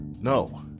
no